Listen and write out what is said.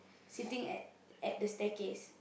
sitting at at the staircase